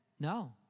No